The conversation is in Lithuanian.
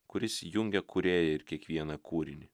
kuris jungia kūrėją ir kiekvieną kūrinį